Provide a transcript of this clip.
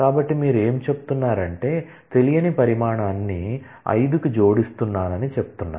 కాబట్టి మీరు ఏమి చెప్తున్నారు అంటే తెలియని పరిమాణాన్ని 5 కి జోడిస్తున్నానని చెప్తున్నారు